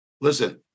Listen